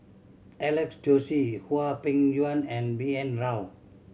Alex Josey Hwang Peng Yuan and B N Rao